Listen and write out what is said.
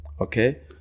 okay